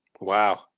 Wow